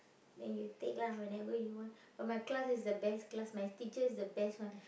then you take lah whenever you want but my class is the best class my teacher is the best one